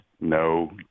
No